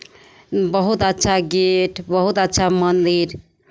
बहुत अच्छा गेट बहुत अच्छा मन्दिर